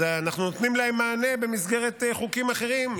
אז אנחנו נותנים להם מענה במסגרת חוקים אחרים,